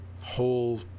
whole